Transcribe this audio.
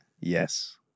Yes